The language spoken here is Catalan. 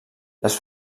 les